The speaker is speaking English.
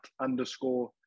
underscore